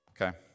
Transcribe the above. Okay